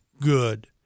good